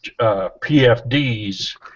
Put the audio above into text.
PFDs